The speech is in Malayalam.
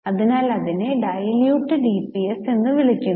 അതിനാൽ അതിനെ ഡൈല്യൂട്ടഡ് EPS എന്ന് വിളിക്കുന്നു